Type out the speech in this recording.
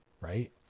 right